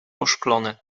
oszklone